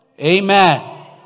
Amen